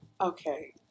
Okay